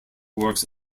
works